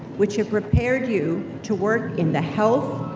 which have prepared you to work in the health,